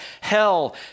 hell